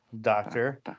doctor